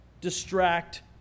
distract